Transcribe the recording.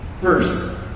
First